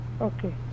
Okay